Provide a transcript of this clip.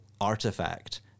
artifact